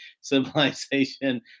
civilization